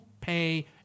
pay